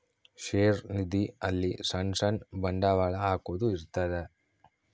ಷೇರು ನಿಧಿ ಅಲ್ಲಿ ಸಣ್ ಸಣ್ ಬಂಡವಾಳ ಹಾಕೊದ್ ಇರ್ತದ